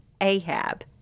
Ahab